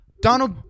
Donald